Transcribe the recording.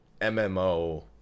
MMO